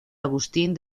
agustín